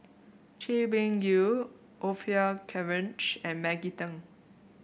Chay Weng Yew Orfeur Cavenagh and Maggie Teng